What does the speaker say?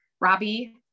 Robbie